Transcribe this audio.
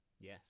yes